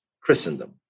Christendom